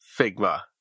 Figma